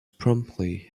promptly